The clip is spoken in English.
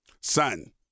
son